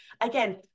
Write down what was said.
Again